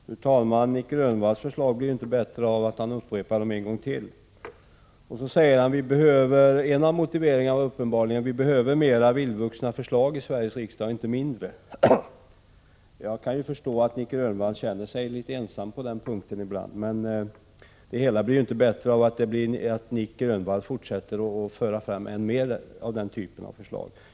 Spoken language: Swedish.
Fru talman! Nic Grönvalls förslag blir inte bättre av att han upprepar dem. En av Nic Grönvalls motiveringar var uppenbarligen att vi behöver fler vildvuxna förslag i Sveriges riksdag. Jag kan förstå att Nic Grönvall känner sig litet ensam ibland på den punkten, men det hela blir inte bättre av att han fortsätter att föra fram än mer av den typen av förslag.